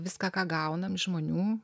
viską ką gauname žmonių